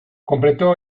completò